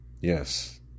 Yes